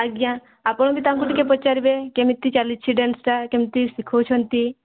ଆଜ୍ଞା ଆପଣ ବି ତାଙ୍କୁ ଟିକେ ପଚାରିବେ କେମିତି ଚାଲିଛି ଡେନ୍ସଟା କେମିତି ଶିଖାଉଛନ୍ତି